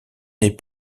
n’est